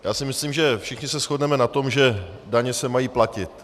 Já si myslím, že všichni se shodneme na tom, že daně se mají platit.